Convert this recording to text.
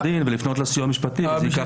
דין ולפנות לסיוע המשפטי וזה ייקח זמן.